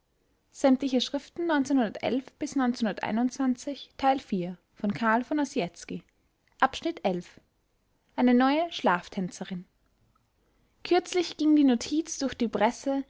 eine neue schlaftänzerin kürzlich ging die notiz durch die presse